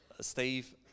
Steve